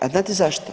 A znate zašto?